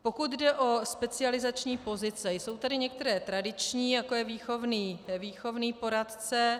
Pokud jde o specializační pozice, jsou tady některé tradiční, jako je výchovný poradce.